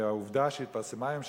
והעובדה שהתפרסמה היום,